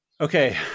Okay